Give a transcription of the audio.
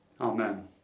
Amen